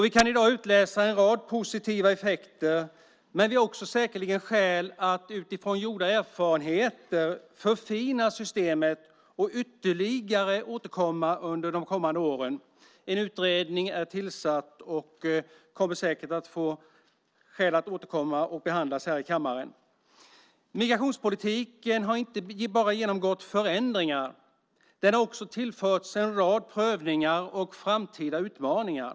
Vi kan i dag utläsa en rad positiva effekter, men vi har också säkerligen skäl att utifrån gjorda erfarenheter förfina systemet och återkomma ytterligare under de kommande åren. En utredning är tillsatt, och vi kommer säkert att få skäl att återkomma och behandla den i kammaren. Migrationspolitiken har inte bara genomgått förändringar. Den har också tillförts en rad prövningar och framtida utmaningar.